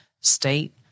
state